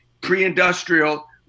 Pre-industrial